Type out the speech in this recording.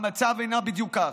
המצב אינו בדיוק כך.